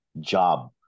job